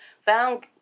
found